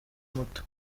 muto